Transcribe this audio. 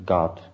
God